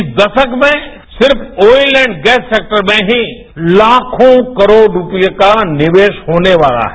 इस दशक में सिर्फ आइल एंड गैस सेक्टर में ही ताखों करोड़ रूपए का निवेश होने वाला है